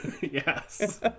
Yes